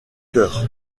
chœur